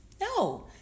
No